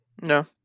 No